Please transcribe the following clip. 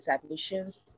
submissions